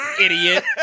idiot